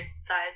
size